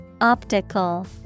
Optical